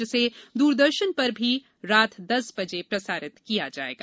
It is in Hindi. जिसे दूरदर्शन पर भी रात दस बजे प्रसारित किया जाएगा